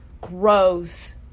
gross